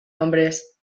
hombres